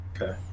Okay